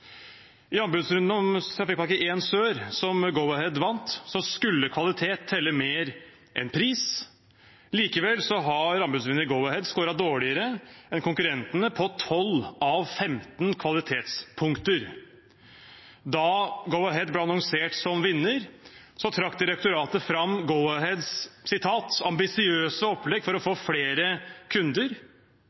I anbudsrunden om Trafikkpakke 1 Sør som Go-Ahead vant, skulle kvalitet telle mer enn pris. Likevel har anbudsvinner Go-Ahead scoret dårligere enn konkurrentene på 12 av 15 kvalitetspunkter. Da Go-Ahead ble annonsert som vinner, trakk direktoratet fram Go-Aheads «ambisiøse opplegg for å få flere kunder».